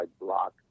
block